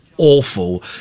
awful